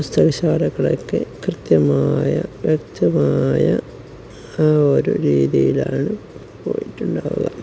പുസ്തകശാലകളൊക്കെ കൃത്യമായ വ്യക്തമായ ആ ഒരു രീതിയിലാണു പോയിട്ടുണ്ടാവുക